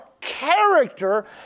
character